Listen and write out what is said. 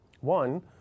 One